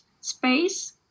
space